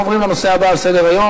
אנחנו עוברים לנושא הבא על סדר-היום: